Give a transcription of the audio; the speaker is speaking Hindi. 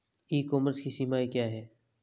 ई कॉमर्स की सीमाएं क्या हैं?